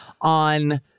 on